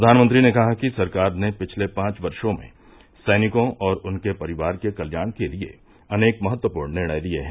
प्रधानमंत्री ने कहा कि सरकार ने पिछले पांच वर्षों में सैनिकों और उनके परिवारों के कल्याण के लिए अनेक महत्वपूर्ण निर्णय तिये हैं